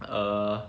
err